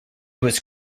was